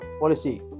policy